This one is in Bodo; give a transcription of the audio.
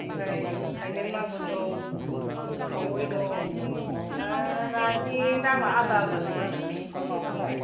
ओमफ्राय थायलेन्ड मागुर दं खावै दं नानि दामा आलादा आलादाजोब आरो नोंबा माखौ लायो